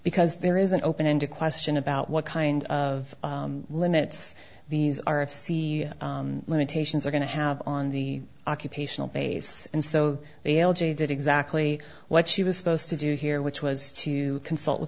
because there is an open ended question about what kind of limits these are of c limitations are going to have on the occupational base and so they did exactly what she was supposed to do here which was to consult